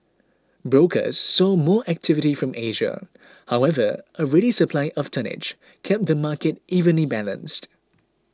brokers saw more activity from Asia however a ready supply of tonnage kept the market evenly balanced